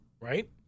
Right